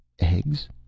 Eggs